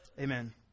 Amen